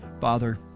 Father